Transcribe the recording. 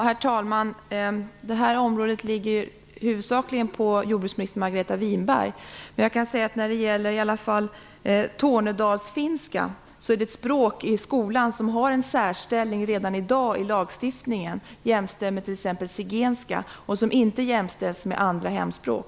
Herr talman! Det här området har jordbruksminister Margareta Winberg huvudsakligen ansvar för, men jag kan säga att tornedalsfinskan är ett språk i skolan som redan i dag har en särställning i lagstiftningen. Den är t.ex. jämställd med zigenska som inte jämställs med andra hemspråk.